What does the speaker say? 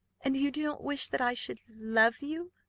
and you do not wish that i should love you,